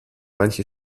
manche